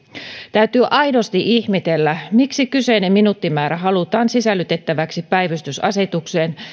täytyy aidosti ihmetellä miksi kyseinen minuuttimäärä halutaan sisällytettäväksi päivystysasetukseen